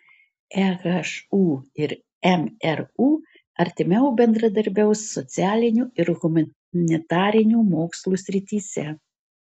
ehu ir mru artimiau bendradarbiaus socialinių ir humanitarinių mokslų srityse